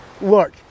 look